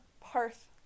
Parth